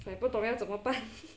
like 不懂要怎么办